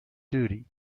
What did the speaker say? duty